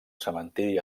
cementiri